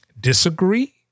disagree